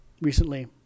recently